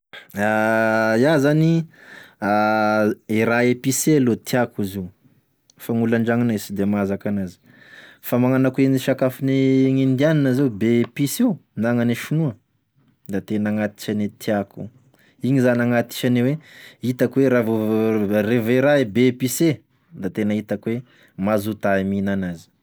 Iaho zany, e raha épicé aloa tiàko izy io, fa gn'olo andragnonay sy de mazaka anazy, fa magnano akô e sakafon'ny gn'indiana zao be épice io na gn'ane sinoa, da tena agnatisane tiako io, igny zany agnatisane oe, hitako oe raha vo- re voa raha e be épicé, da tena hitako oe mazoto ah e mihina anazy.